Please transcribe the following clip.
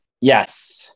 Yes